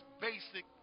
basic